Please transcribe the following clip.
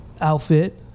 Outfit